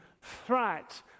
threat